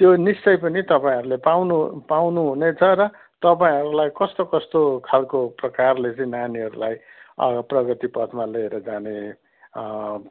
त्यो निश्चय पनि तपाईँहरूले पाउनु पाउनुहुनेछ र तपाईँहरूलाई कस्तो कस्तो खालको प्रकारले चाहिँ नानीहरूलाई अब प्रगति पथमा लिएर जाने